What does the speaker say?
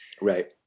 Right